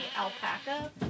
alpaca